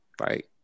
right